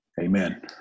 Amen